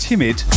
Timid